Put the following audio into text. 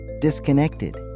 disconnected